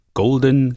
golden